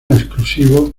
exclusivo